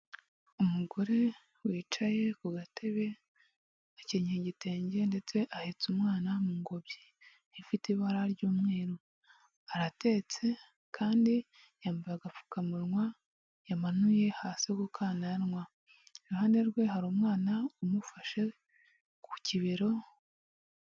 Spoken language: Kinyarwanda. Umugore wicaye ku gatebe akenyeye igitenge ndetse ahetse umwana mu ngobyi ifite ibara ry'umweru. Aratetse kandi yambaye agapfukamunwa yamanuye hasi ku kananwa. Iruhande rwe hari umwana umufashe ku kibero.